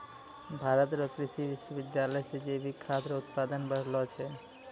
भारत रो कृषि विश्वबिद्यालय से जैविक खाद रो उत्पादन बढ़लो छै